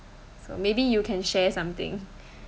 so maybe you can share something